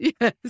Yes